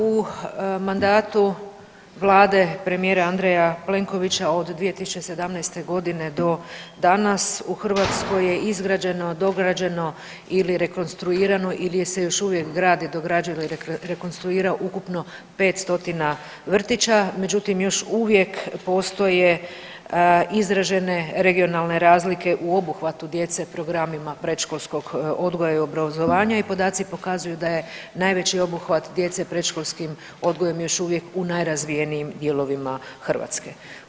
U mandatu Vlade premijera Andreja Plenkovića od 2017. do danas u Hrvatskoj je izgrađeno, dograđeno ili rekonstruirano ili se još uvijek gradi, dograđuje ili rekonstruira ukupno 500 vrtića, međutim još uvijek postoje izrađene regionalne razlike o obuhvatu djece programima predškolskog odgoja i obrazovanja i podaci pokazuju da je najveći obuhvat djece predškolskim odgojem još uvijek u najrazvijenijim dijelovima Hrvatske.